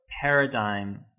paradigm